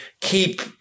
keep